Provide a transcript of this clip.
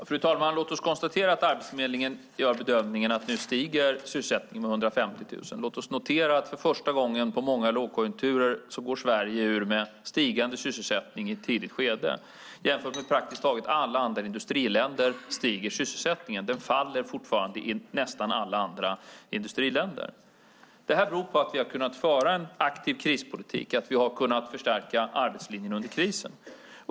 Fru talman! Låt oss konstatera att Arbetsförmedlingen gör bedömningen att sysselsättningen nu stiger med 150 000. Låt oss notera att för första gången på många lågkonjunkturer går Sverige i ett tidigt skede och med en stigande sysselsättning ur en lågkonjunktur. Jämfört med praktiskt taget alla industriländer stiger sysselsättningen i Sverige, medan den fortfarande faller i nästan alla andra industriländer. Det här beror på att vi har kunnat föra en aktiv krispolitik och på att vi har kunnat förstärka arbetslinjen under krisen.